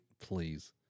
please